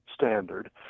standard